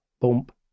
Bump